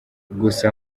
gusa